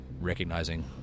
recognizing